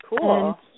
Cool